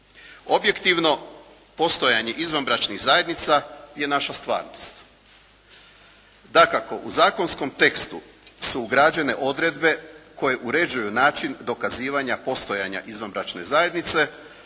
Objektivno postojanje izvanbračnih zajednica je naša stvarnost. Dakako u zakonskom tekstu su ugrađene odredbe koje uređuju način dokazivanja, postojanja izvanbračne zajednice,